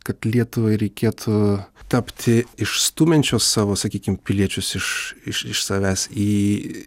kad lietuvai reikėtų tapti išstumiančios savo sakykim piliečius iš iš iš savęs į